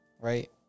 Right